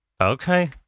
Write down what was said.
Okay